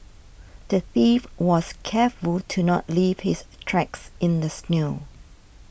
the thief was careful to not leave his tracks in the snow